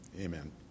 amen